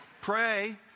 Pray